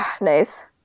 Nice